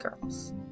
girls